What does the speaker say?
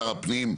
לשר הפנים.